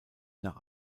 nach